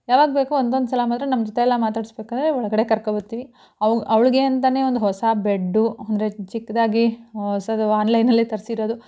ಯಾವಾಗ ಬೇಕೋ ಒಂದೊಂದುಸಲ ಮಾತ್ರ ನಮ್ಮ ಜೊತೆಯೆಲ್ಲ ಮಾತಾಡಿಸ್ಬೇಕಂದ್ರೆ ಒಳಗೆ ಕರ್ಕೊಬರ್ತೀವಿ ಅವ ಅವ್ಳಿಗೆ ಅಂತಲೇ ಒಂದು ಹೊಸ ಬೆಡ್ಡು ಅಂದರೆ ಚಿಕ್ಕದಾಗಿ ಹೊಸದು ಆನ್ಲೈನಿನಲ್ಲೇ ತರಿಸಿರೋದು